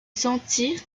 sentir